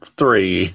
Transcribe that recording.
three